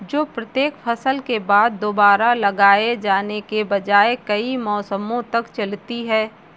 जो प्रत्येक फसल के बाद दोबारा लगाए जाने के बजाय कई मौसमों तक चलती है